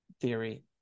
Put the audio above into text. theory